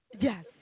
Yes